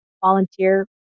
volunteer